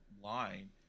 line